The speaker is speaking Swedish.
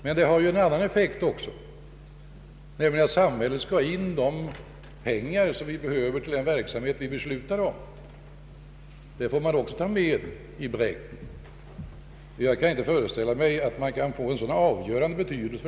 Men det finns också en annan effekt: samhället måste få in de pengar som behövs till den verksamhet vi fattar beslut om. Detta får man också ta med i beräkningen. Jag kan inte föreställa mig att en procents belastning kan få någon avgörande betydelse.